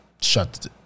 shut